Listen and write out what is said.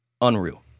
unreal